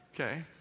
Okay